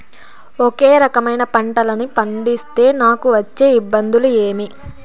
ఒకే రకమైన పంటలని పండిస్తే నాకు వచ్చే ఇబ్బందులు ఏమి?